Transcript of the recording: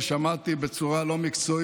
שמעתי אמירות בצורה לא מקצועית,